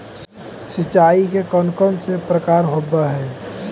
सिंचाई के कौन कौन से प्रकार होब्है?